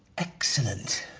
excellent.